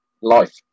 life